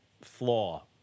flaw